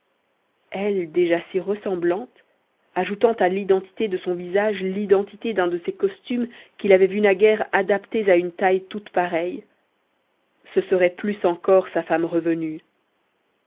elle déjà si ressemblante ajoutant à l'identité de son visage l'identité d'un de ces costumes qu'il avait vus naguère adaptés à une taille toute pareille ce serait plus encore sa femme revenue